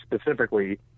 specifically